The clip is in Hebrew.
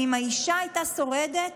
כי אם האישה הייתה שורדת